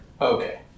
Okay